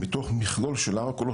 מתוך מכלול של ההר כולו,